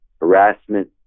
harassment